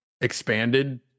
expanded